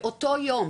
באותו יום